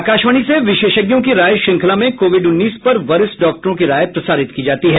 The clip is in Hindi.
आकाशवाणी से विशेषज्ञों की राय श्रृंखला में कोविड उन्नीस पर वरिष्ठ डॉक्टरों की राय प्रसारित की जाती है